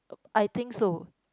I think so